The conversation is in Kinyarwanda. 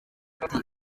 ati